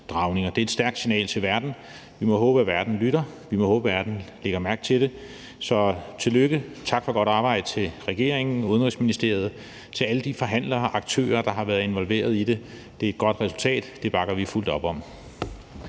Det er et stærkt signal til verden; vi må håbe, at verden lytter; vi må håbe, at verden lægger mærke til det. Så tillykke, og tak for godt arbejde til regeringen, Udenrigsministeriet og alle de forhandlere og aktører, der har været involveret i det. Det er et godt resultat, og det bakker vi fuldt op om.